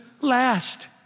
last